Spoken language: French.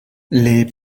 les